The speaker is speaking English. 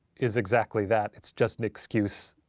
is exactly that, it's just an excuse.